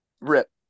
Rip